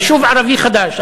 יישוב ערבי חדש,